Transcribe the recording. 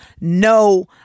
no